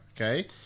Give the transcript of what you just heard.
Okay